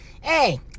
hey